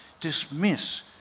dismiss